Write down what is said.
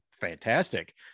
fantastic